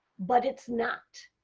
but it's not.